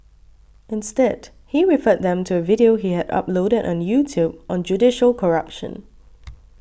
instead he referred them to a video he had uploaded on YouTube on judicial corruption